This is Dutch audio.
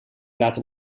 laten